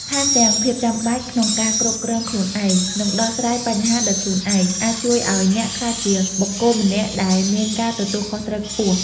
ថែមទាំងភាពចាំបាច់ក្នុងការគ្រប់គ្រងខ្លួនឯង និងដោះស្រាយបញ្ហាដោយខ្លួនឯង អាចជួយឱ្យអ្នកក្លាយជាបុគ្គលម្នាក់ដែលមានការទទួលខុសត្រូវខ្ពស់។